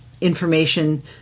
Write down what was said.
information